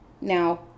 Now